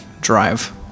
drive